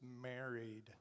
married